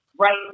right